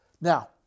Now